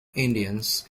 indians